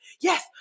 yes